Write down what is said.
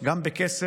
גם בכסף